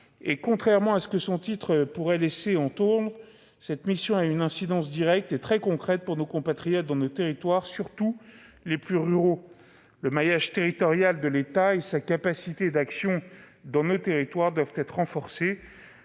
et contrairement à ce que son titre pourrait laisser entendre, cette mission a une incidence directe et très concrète pour nos compatriotes dans les territoires, surtout les plus ruraux. Le maillage territorial de l'État et sa capacité d'action dans nos territoires doivent être renforcés,